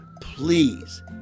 please